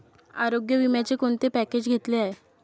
आरोग्य विम्याचे कोणते पॅकेज घेतले आहे?